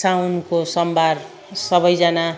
साउनको सोमबार सबैजना